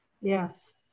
Yes